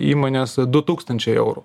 įmonės du tūkstančiai eurų